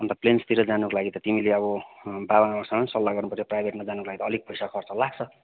अन्त प्लेन्सतिर जानुको लागि त तिमीले अब बाबाआमासँग सल्लाह गर्नुपर्छ प्राइभेटमा जानुको लागि त अलिक पैसा खर्च लाग्छ